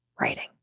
writing